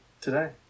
Today